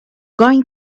going